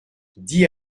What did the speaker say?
dit